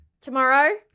tomorrow